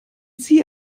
sie